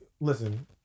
Listen